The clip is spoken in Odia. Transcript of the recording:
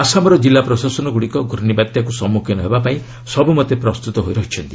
ଆସାମର କିଲ୍ଲା ପ୍ରଶାସନଗୁଡ଼ିକ ପ୍ରର୍ଷିବାତ୍ୟାକୁ ସମ୍ମୁଖୀନ ହେବା ପାଇଁ ସବୁ ମତେ ପ୍ରସ୍ତୁତ ହୋଇ ରହିଛନ୍ତି